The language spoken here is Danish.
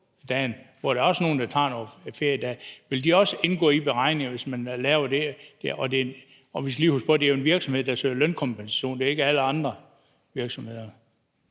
hvor der også er nogle, der tager nogle feriedage? Vil de også indgå i beregningerne, hvis man gør det? Og vi skal lige huske på, at spørgsmålet går på virksomheder, der søger lønkompensation – det er ikke alle andre virksomheder.